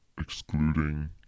Excluding